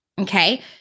Okay